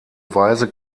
weise